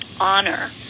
honor